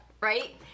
right